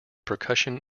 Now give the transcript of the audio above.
percussion